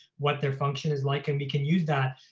what their function is like and we can use that,